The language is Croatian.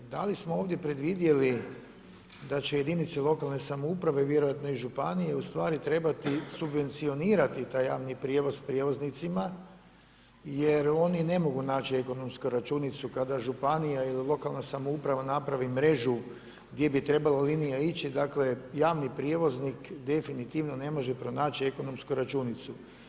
Da li smo ovdje predvidjeli da će jedinice lokalne samouprave vjerojatno i županije trebati subvencionirati taj javni prijevoz prijevoznicima jer oni ne mogu naći ekonomsku računicu kada županija ili lokalna samouprava napravi mrežu gdje bi trebala linija ići, dakle javni prijevoznik definitivno ne može pronaći ekonomsku računicu.